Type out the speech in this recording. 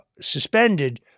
suspended